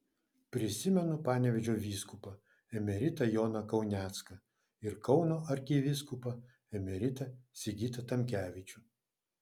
prisimenu panevėžio vyskupą emeritą joną kaunecką ir kauno arkivyskupą emeritą sigitą tamkevičių